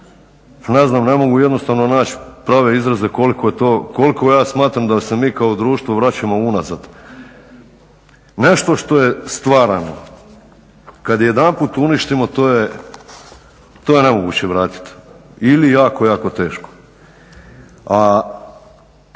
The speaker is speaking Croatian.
ne znam, ne mogu jednostavno naći prave izraze koliko je to, koliko ja smatram da se mi kao društvo vraćamo unazad. Nešto što je stvarano kad jedanput uništimo to je nemoguće vratiti ili jako, jako teško, a